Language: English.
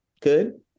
good